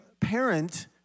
parent